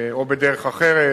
או בדרך אחרת